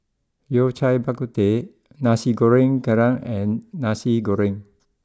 Yao Cai Bak Kut Teh Nasi Goreng Kerang and Nasi Goreng